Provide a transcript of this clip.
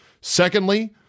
Secondly